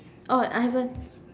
oh I haven't